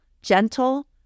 gentle